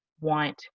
want